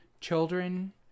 children